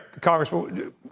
Congressman